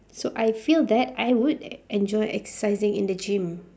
so I feel that I would enjoy exercising in the gym